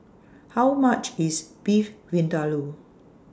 How much IS Beef Vindaloo